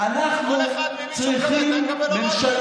כל אחד ומי שהוא מקבל ממנו.